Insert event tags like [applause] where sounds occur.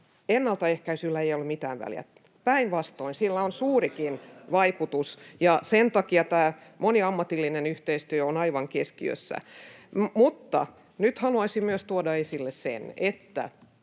ennalta ehkäisyllä ei ole mitään väliä — päinvastoin, sillä on suurikin vaikutus, [noise] ja sen takia moniammatillinen yhteistyö on aivan keskiössä. Mutta nyt haluaisin myös tuoda esille sen, että